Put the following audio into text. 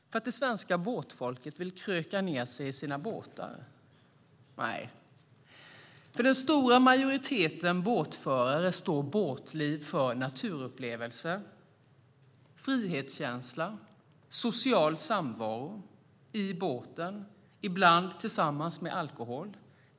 För att det svenska folket vill kröka ned sig i sina båtar? Nej. För den stora majoriteten båtförare står båtliv för naturupplevelser, frihetskänsla och social samvaro i båten, ibland tillsammans med alkohol.